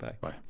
bye